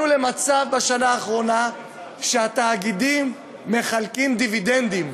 בשנה האחרונה הגענו למצב שהתאגידים מחלקים דיבידנדים.